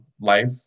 life